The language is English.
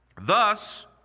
Thus